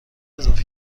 اضافه